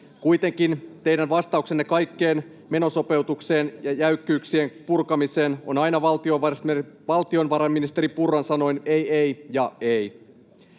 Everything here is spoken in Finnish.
Kuitenkin teidän vastauksenne kaikkeen menosopeutukseen ja jäykkyyksien purkamiseen on aina valtiovarainministeri Purran sanoin ”ei, ei ja ei”.